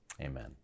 Amen